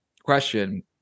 question